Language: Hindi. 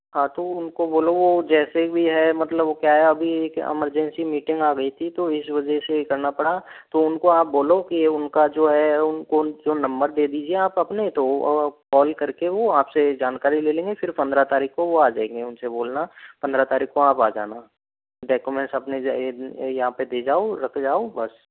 हाँ तो उनको बोलो जैसे भी है मतलब वो क्या है अभी एक अमरजेंसी मीटिंग आ गई थी तो इस वजह से करना पड़ा तो उनको आप बोलो कि उनका जो है उनको जो नम्बर दे दीजिए आप अपने तो वह कॉल करके वह आपसे जानकारी ले लेंगे फिर पन्द्रह तारीख को वह आ जाएंगे उनसे बोलना पंद्रह तारीख को आप आ जाना डक्यूमेंट अपने यहाँ पर दे जाओ रख जाओ बस